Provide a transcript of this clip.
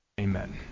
Amen